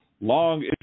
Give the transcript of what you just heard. long